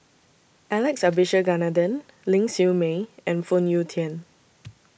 Alex Abisheganaden Ling Siew May and Phoon Yew Tien